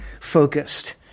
focused